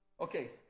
Okay